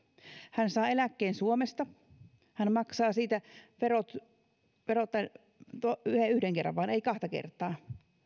hän saa eläkkeen suomesta hän maksaa siitä verot vain yhden kerran ei kahta kertaa